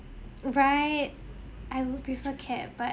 right I will prefer cat but